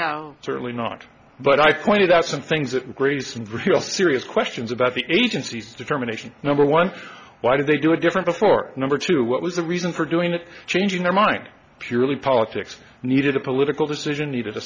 now certainly not but i pointed out some things that greece and real serious questions about the agency's determination number one why did they do it different before number two what was the reason for doing it changing their mind purely politics needed a political decision